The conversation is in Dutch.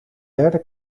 derde